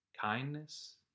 kindness